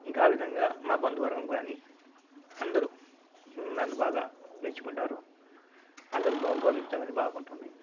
ఇంకా ఆవిధంగా మా బంధువర్గం కానీ అందరు నన్ను బాగా మెచ్చుకుంటారు అందరు బా గౌరవించడం కానీ బాగా ఉంటుంది